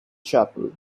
chapel